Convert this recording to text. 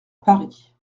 paris